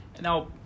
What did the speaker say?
Now